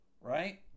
Right